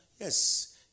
Yes